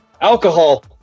Alcohol